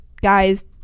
guys